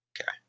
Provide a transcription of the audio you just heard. Okay